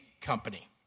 Company